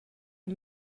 the